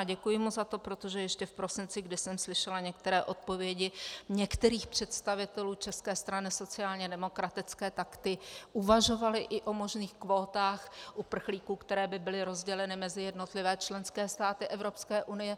Děkuji mu za to, protože ještě v prosinci jsem slyšela některé odpovědi některých představitelů České strany sociálně demokratické a ty uvažovaly o možných kvótách uprchlíků, které by byly rozděleny mezi jednotlivé členské státy Evropské unie.